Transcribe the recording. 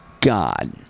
God